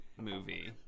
movie